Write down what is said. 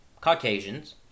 Caucasians